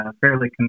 fairly